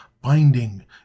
binding